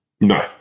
No